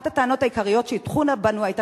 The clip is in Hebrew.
אחת הטענות העיקריות שהטיחו בנו היתה